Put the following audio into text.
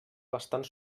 bastant